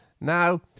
now